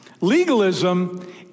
Legalism